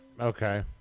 Okay